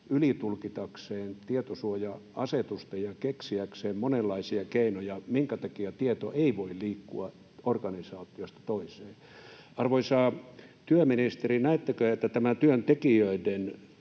ylitulkitakseen tietosuoja-asetusta ja keksiäkseen monenlaisia keinoja, minkä takia tieto ei voi liikkua organisaatiosta toiseen. Arvoisa työministeri, näettekö, että tämä työntekijöiden